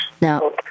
Now